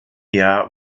jahr